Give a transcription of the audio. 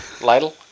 ladle